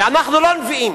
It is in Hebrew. אנחנו לא נביאים,